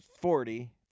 Forty